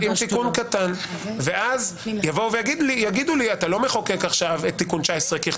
אתה לא נותן לו כי אתה אומר,